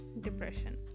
depression